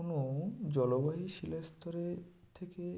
কোনো জলবায়ু শিলাস্তরের থেকে